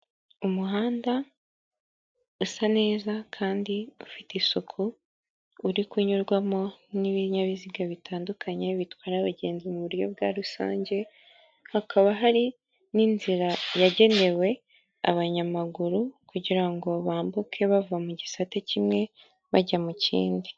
Umuhanda usa neza kandi ufite isuku uri kunyurwamo n'ibinyabiziga bitandukanye bitwara abagenzi mu buryo bwa rusange, hakaba hari n'inzira yagenewe abanyamaguru kugira ngo bambuke bava mu gisate kimwe bajya mu kindi.